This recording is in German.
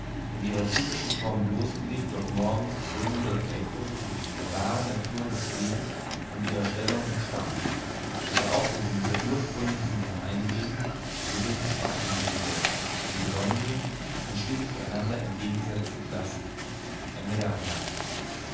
in ihrer typischen form bloßgelegt durch morgans krönende entdeckung der wahren natur der gens und ihrer stellung im stamm mit der auflösung dieser ursprünglichen gemeinwesen beginnt die spaltung der gesellschaft in besondre und schließlich einander entgegengesetzte klassen